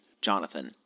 Jonathan